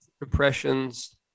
Depressions